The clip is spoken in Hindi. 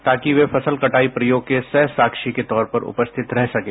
ताकि वह फसल कटाई प्रयोग के सहसाक्षी के तौर पर उपस्थित रह सकें